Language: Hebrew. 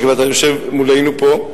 ואתה יושב מולנו פה,